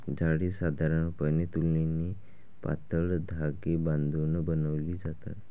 जाळी साधारणपणे तुलनेने पातळ धागे बांधून बनवली जातात